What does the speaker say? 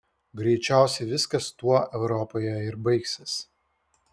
greičiausiai viskas tuo europoje ir baigsis